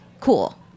cool